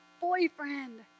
boyfriend